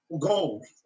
gold